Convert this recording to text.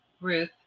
Ruth